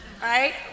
right